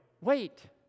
wait